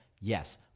Yes